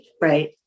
right